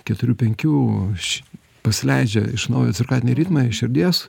keturių penkių ši pasileidžia iš naujo cirkadiniai ritmai širdies